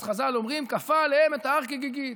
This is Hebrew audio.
אז חז"ל אומרים: כפה עליהם את ההר כגיגית.